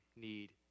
need